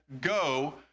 go